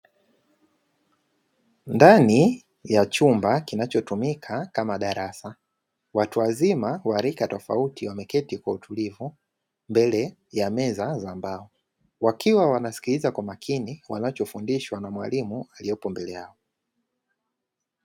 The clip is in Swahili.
Ndani ya chumba kinachotumika kama darasa, watu wazima wa rika tofauti wameketi kwa utulivu mbele ya meza za mbao, wakiwa wanasikiliza kwa makini wanachofundishwa na mwalimu aliyepo mbele yao.